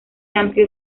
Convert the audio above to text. amplio